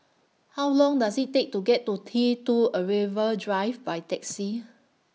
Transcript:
How Long Does IT Take to get to T two Arrival Drive By Taxi